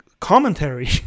commentary